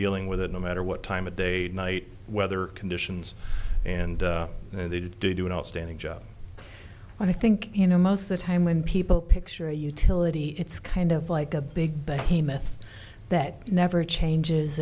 dealing with it no matter what time of day night weather conditions and they did do an outstanding job i think you know most of the time when people picture a utility it's kind of like a big but a myth that never changes